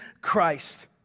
Christ